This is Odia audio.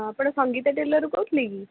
ଆପଣ ସଙ୍ଗୀତା ଟେଲର୍ରୁ କହୁଥିଲେ କି